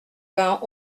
vingt